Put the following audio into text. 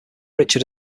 richard